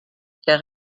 der